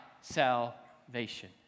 salvation